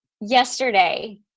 yesterday